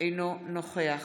אינו נוכח